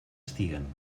estiguen